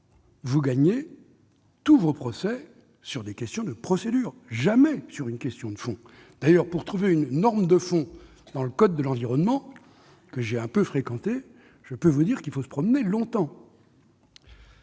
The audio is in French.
vous gagnez tous vos procès sur des questions de procédure, jamais sur une question de fond. D'ailleurs, pour trouver une norme de fond dans le code de l'environnement, que j'ai un peu fréquenté, il faut se promener longtemps